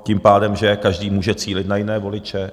Tím pádem že každý může cílit na jiné voliče.